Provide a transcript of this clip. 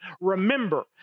Remember